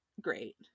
great